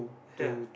ya